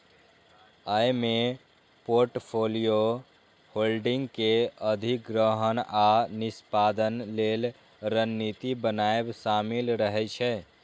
अय मे portfolio holding के अधिग्रहण आ निष्पादन लेल रणनीति बनाएब शामिल रहे छै